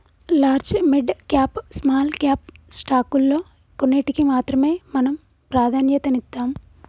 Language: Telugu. large, mid cap, small cap స్టాకుల్లో కొన్నిటికి మాత్రమే మనం ప్రాధన్యతనిత్తాం